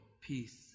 peace